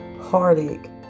heartache